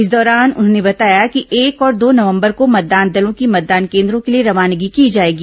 इस दौरान उन्होंने बताया कि एक और दो नवंबर को मतदान दलों की मतदान केन्द्रों के लिए रवानगी की जाएगी